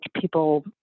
people